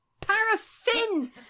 Paraffin